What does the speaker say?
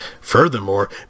furthermore